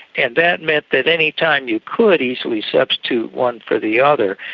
and that meant that any time you could easily substitute one for the other,